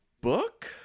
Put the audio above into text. book